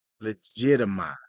legitimize